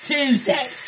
Tuesday